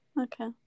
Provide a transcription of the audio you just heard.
okay